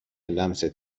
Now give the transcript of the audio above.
لمست